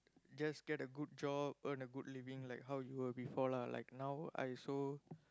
just get a good job earn a good living like how you were before lah like now I also